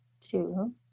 two